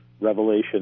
Revelation